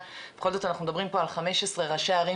בכל זאת אנחנו מדברים פה על 15 ראשי ערים